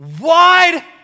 wide